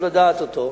חשוב לדעת אותו,